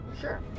sure